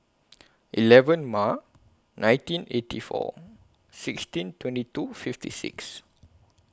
eleven March nineteen eighty four sixteen twenty two fifty six